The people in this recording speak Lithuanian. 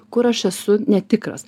kur aš esu netikras